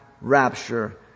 rapture